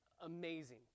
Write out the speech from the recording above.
amazing